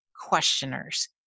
questioners